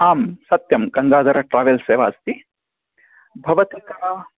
आम् सत्यं गङ्गाधर ट्रेवेल्स् एव अस्ति भवती का